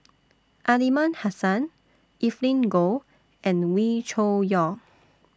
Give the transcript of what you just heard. Aliman Hassan Evelyn Goh and Wee Cho Yaw